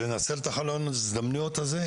לנצל את חלון ההזדמנויות הזה,